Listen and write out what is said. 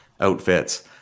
outfits